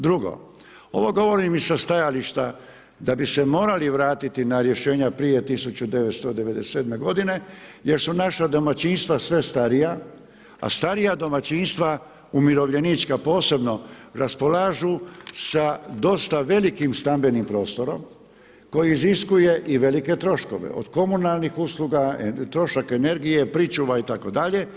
Drugo, ovo govorim i sa stajališta da bi se morali vratiti na rješenja prije 1997. godine, jer su naša domaćinstva sve starija, a starija domaćinstva umirovljenička posebno raspolažu sa dosta velikim stambenim prostorom koji iziskuje i velike troškove od komunalnih usluga, trošak energije, pričuva itd.